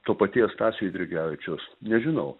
to paties stasio eidrigevičiaus nežinau